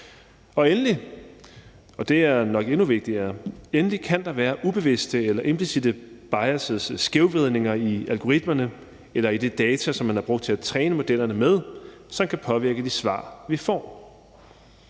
Endelig, og det er nok endnu vigtigere, kan der være ubevidste eller implicitte biases, skævvridninger i algoritmerne eller i det data, man har brugt til at træne modellerne med, som kan påvirke de svar, vi får.